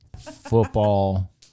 football